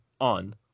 on